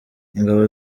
ingabo